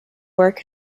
work